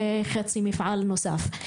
וחצי מפעל נוסף.